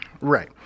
Right